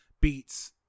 beats